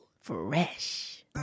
Fresh